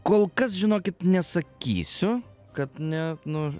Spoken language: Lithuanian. kol kas žinokit nesakysiu kad ne nu